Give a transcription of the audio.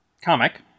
comic